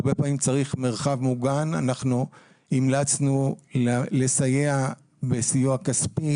והרבה פעמים צריך מרחב מוגן אנחנו המלצנו לסייע בסיוע כספי